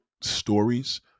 stories